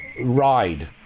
ride